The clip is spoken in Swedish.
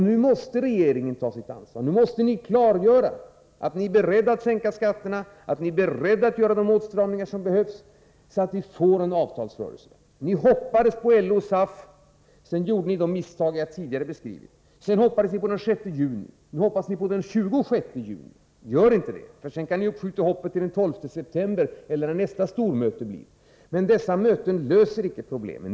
Nu måste regeringen ta sitt ansvar, nu måste ni klargöra att ni är beredda att sänka skatterna, att ni är beredda att göra de åtstramningar som behövs så att vi får en avtalsrörelse. Ni hoppades på LO och SAF, sedan gjorde ni de misstag jag tidigare beskrivit. Därefter hoppades ni på den 6 juni; nu hoppas ni på den 26 juni. Gör inte det! Sedan kan ni nämligen skjuta upp det till den 12 september eller när nästa stormöte blir. Men dessa möten löser inte problemen.